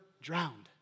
drowned